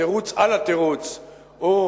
התירוץ על התירוץ הוא